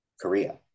Korea